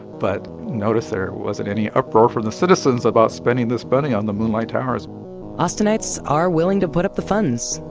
but you notice there wasn't any uproar from the citizens about spending this money on the moonlight towers austinites are willing to put up the funds.